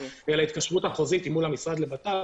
אלא ההתקשרות החוזית היא מול המשרד לבט"פ